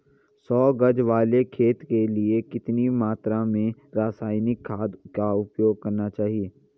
सौ गज वाले खेत के लिए कितनी मात्रा में रासायनिक खाद उपयोग करना चाहिए?